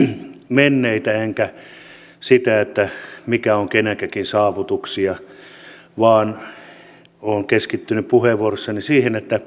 menneitä enkä sitä mikä on kenenkin saavutuksia vaan olen keskittynyt puheenvuorossani siihen